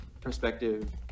perspective